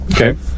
Okay